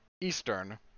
Eastern